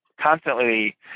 constantly